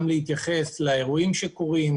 גם להתייחס לאירועים שקורים,